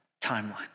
timeline